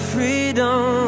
Freedom